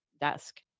desk